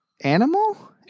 animal